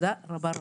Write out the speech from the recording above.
תודה רבה רבה.